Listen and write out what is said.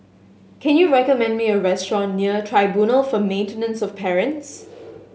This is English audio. can you recommend me a restaurant near Tribunal for Maintenance of Parents